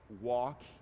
walk